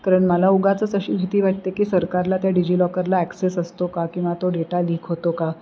कारण मला उगाचच अशी भीती वाटते की सरकारला त्या डिजिलॉकरला ॲक्सेस असतो का किंवा तो डेटा लीक होतो का